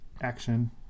action